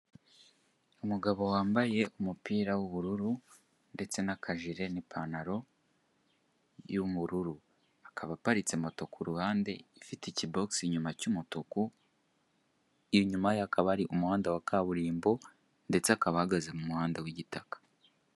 Umugabo wambaye umupira w'ubururu ndetse n'akajire ni pantalo y'ubururu, akaba aparitse moto ku ruhande ifite ikibogisi inyuma cy'umutuku, inyuma ye hakaba ari umuhanda wa kaburimbo, ndetse akaba ahagaze mu muhanda w'igitaka.